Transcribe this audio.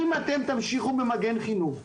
אם אתם תמשיכו במגן חינוך,